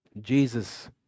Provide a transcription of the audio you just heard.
Jesus